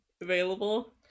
available